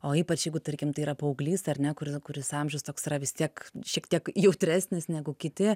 o ypač jeigu tarkim tai yra paauglys ar ne kuri kuris amžius toks yra vis tiek šiek tiek jautresnis negu kiti